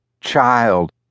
child